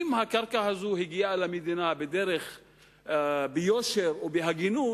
אם הקרקע הזו הגיעה למדינה ביושר ובהגינות,